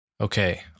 Okay